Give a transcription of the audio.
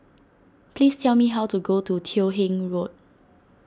please tell me how to get to Teo Hong Road